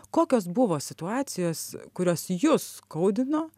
kokios buvo situacijos kurios jus skaudino